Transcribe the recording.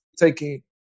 taking